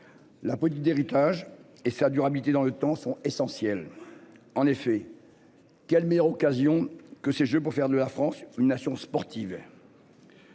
La politique d'héritage et sa durabilité dans le temps sont essentiels. En effet. Quelle meilleure occasion que ces jeux pour faire de la France une nation sportive.